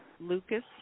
Lucas